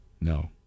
no